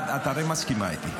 והרמטכ"ל לא מסכים לזה,